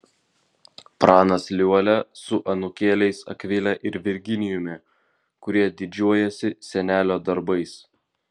pranas liuolia su anūkėliais akvile ir virginijumi kurie didžiuojasi senelio darbais